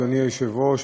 אדוני היושב-ראש,